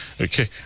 Okay